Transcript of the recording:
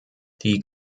die